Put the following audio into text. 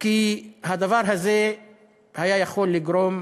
כי הדבר הזה היה יכול לגרום